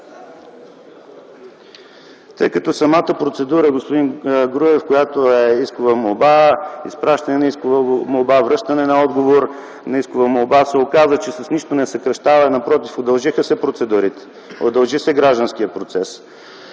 Тъй като самата процедура, господин Груев, която е искова молба, изпращане на искова молба, връщане на отговор на искова молба, се оказа, че с нищо не съкращава, а напротив процедурите се удължиха, удължи се гражданският процес.